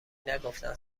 نگفتن